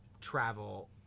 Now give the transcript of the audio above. travel